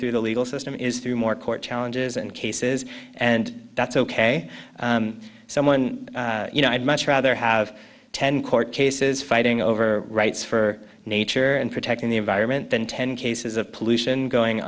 through the legal system is through more court challenges and cases and that's ok someone you know i'd much rather have ten court cases fighting over rights for nature and protecting the environment than ten cases of pollution going